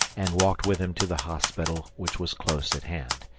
and walked with him to the hospital, which was close at hand.